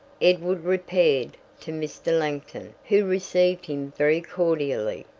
edward repaired to mr. langton, who received him very cordially.